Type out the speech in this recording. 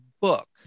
book